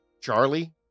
Charlie